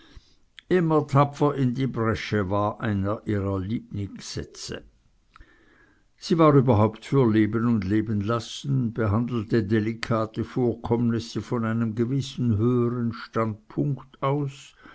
immer tapfer in die bresche war einer ihrer lieblingssätze sie war überhaupt für leben und lebenlassen behandelte delikate vorkommnisse von einem gewissen höheren standpunkt aus